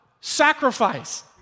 sacrifice